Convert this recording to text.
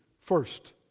First